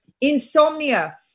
Insomnia